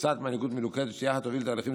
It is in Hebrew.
קבוצת מנהיגות מלוכדת שיחד תוביל תהליכים